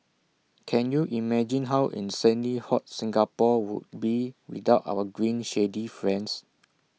can you imagine how insanely hot Singapore would be without our green shady friends